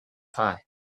pie